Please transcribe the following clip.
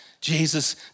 Jesus